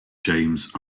james